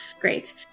Great